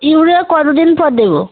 urea কতো দিন পর দেবো